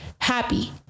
happy